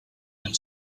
and